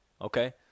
Okay